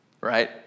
right